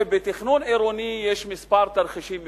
בתכנון עירוני יש כמה תרחישים מקובלים.